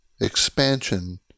expansion